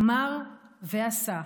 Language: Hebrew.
אמר ועשה.